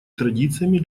традициями